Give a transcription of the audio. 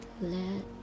let